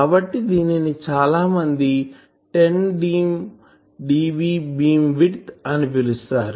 కాబట్టి దీనిని చాలామంది 10dB బీమ్ విడ్త్ అని పిలుస్తారు